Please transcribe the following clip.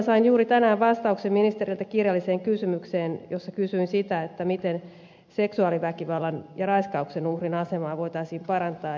sain juuri tänään ministeriltä vastauksen kirjalliseen kysymykseen jossa kysyin siitä miten seksuaaliväkivallan ja raiskauksen uhrin asemaa voitaisiin parantaa